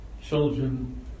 children